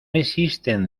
existen